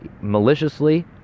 maliciously